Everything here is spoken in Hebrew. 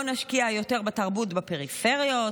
לא נשקיע יותר בתרבות בפריפריות?